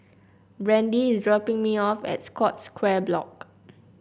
Brandie is dropping me off at Scotts Square Block